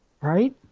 Right